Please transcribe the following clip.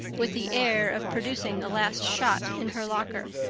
with the air of producing the last shot in her locker.